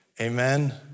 Amen